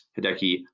Hideki